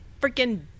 freaking